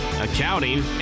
accounting